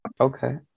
Okay